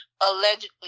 allegedly